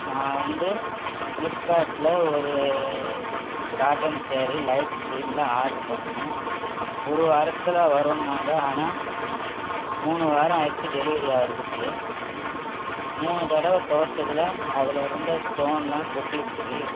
நான் வந்து ப்ளிப்கார்ட்டில் ஒரு காட்டன் சேரீ லைட் கிரீனில் ஆர்டர் பண்ணிணேன் ஒரு வாரத்தில் வரும்னாங்க ஆனால் மூணு வாரம் ஆகிடுச்சி டெலிவரி ஆகிறத்துக்கு மூணு தடவை துவச்சததுல அதில் இருந்த ஸ்டோனெல்லாம் கொட்டிடுச்சு